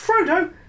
Frodo